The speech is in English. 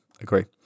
agree